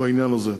בעניין הזה.